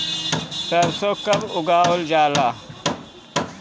सरसो कब लगावल जाला?